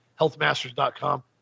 healthmasters.com